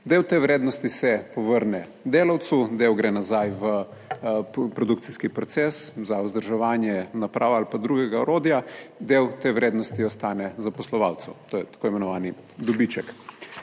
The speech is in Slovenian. Del te vrednosti se povrne delavcu, del gre nazaj v produkcijski proces za vzdrževanje naprav ali pa drugega orodja, del te vrednosti ostane zaposlovalcu, to je tako imenovani dobiček.